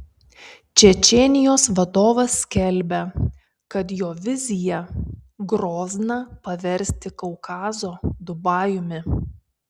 čečėnijos vadovas skelbia kad jo vizija grozną paversti kaukazo dubajumi